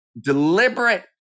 deliberate